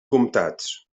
comtats